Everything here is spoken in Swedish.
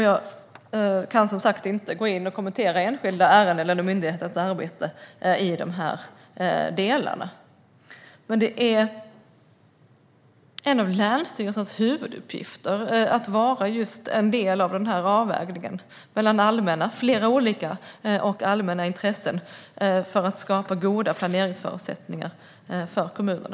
Jag kan som sagt inte kommentera enskilda ärenden eller myndigheternas arbete i de här delarna. En av länsstyrelsernas huvuduppgifter är att vara just en del i avvägningen mellan allmänna och enskilda intressen för att skapa goda planeringsförutsättningar för kommunerna.